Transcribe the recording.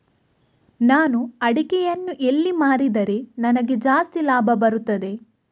ನಾನು ಅಡಿಕೆಯನ್ನು ಎಲ್ಲಿ ಮಾರಿದರೆ ನನಗೆ ಜಾಸ್ತಿ ಲಾಭ ಬರುತ್ತದೆ?